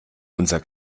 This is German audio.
unser